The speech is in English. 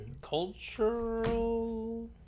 cultural